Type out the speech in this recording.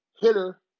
hitter